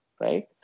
right